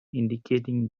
indicating